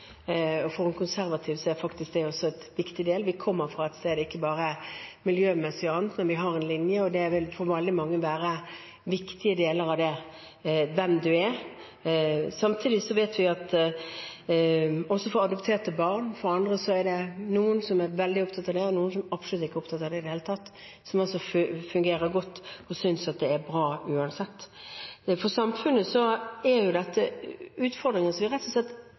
For en konservativ er det også en viktig del. Vi kommer fra et sted, ikke bare miljømessig, men vi har en linje, og det vil for mange være en viktig del av hvem man er. Samtidig vet vi at av adopterte barn er det noen som er opptatt av det, og noen som absolutt ikke er opptatt av det i det hele tatt, som fungerer godt og synes det er bra uansett. For samfunnet er dette utfordringer som vi rett og slett